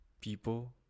people